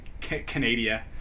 Canada